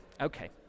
Okay